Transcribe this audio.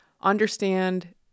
understand